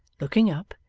looking up,